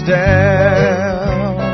down